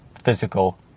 physical